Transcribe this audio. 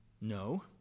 no